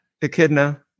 Echidna